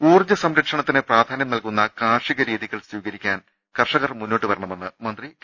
ഊർജ്ജ സംരക്ഷണത്തിന് പ്രാധാന്യം നൽകുന്ന കാർഷിക രീതി കൾ സ്വീകരിക്കാൻ കർഷകർ മുന്നോട്ടുവരണമെന്ന് മന്ത്രി കെ